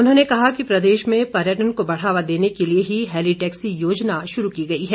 उन्होंने कहा कि प्रदेश में पर्यटन को बढ़ावा देने के लिए ही हेली टैक्सी योजना शुरू की गई है